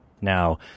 now